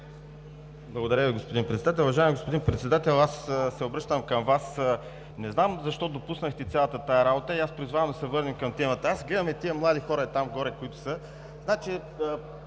Благодаря Ви, господин Председател. Уважаеми господин Председател, обръщам се към Вас – не знам защо допуснахте цялата тази работа, и аз призовавам да се върнем към темата. Гледам тези млади хора, които са